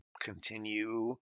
continue